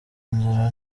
inzara